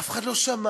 אף אחד לא שמע,